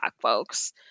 folks